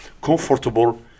comfortable